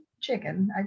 chicken